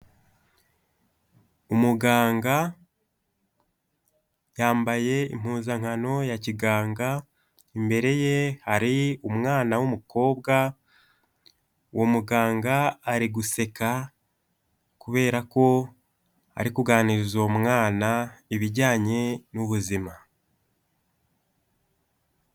Umuganga yambaye impuzankano ya kiganga, imbere ye hari umwana w'umukobwa, uwa muganga ari guseka, kubera ko ari kuganiriza uwo mwana ibijyanye n'ubuzima.